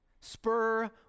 Spur